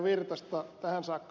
virtasta tähän saakka